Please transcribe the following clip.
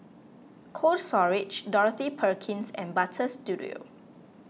Cold Storage Dorothy Perkins and Butter Studio